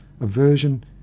aversion